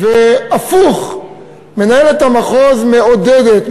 הפוך, מנהלת המחוז מעודדת.